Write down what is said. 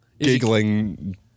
giggling